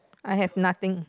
I have nothing